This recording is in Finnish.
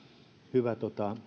hyvä